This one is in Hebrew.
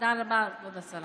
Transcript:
תודה רבה, כבוד השרה.